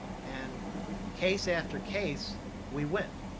and case after case we win,